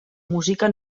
música